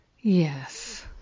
Yes